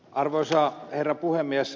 arvoisa herra puhemies